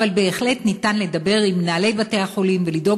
אבל בהחלט ניתן לדבר עם מנהלי בתי-החולים ולדאוג